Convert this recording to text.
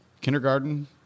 kindergarten